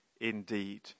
indeed